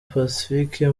pacifique